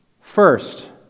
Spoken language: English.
First